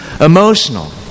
emotional